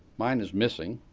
mine is missing.